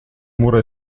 mura